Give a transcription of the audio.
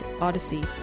Odyssey